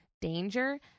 Danger